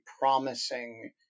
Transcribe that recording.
promising